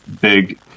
big